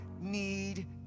need